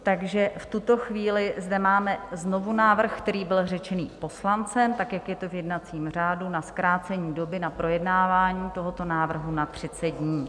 Takže v tuto chvíli zde máme znovu návrh, který byl řečen poslancem tak, jak je to v jednacím řádu, na zkrácení doby na projednávání tohoto návrhu na 30 dní.